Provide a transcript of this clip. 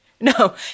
no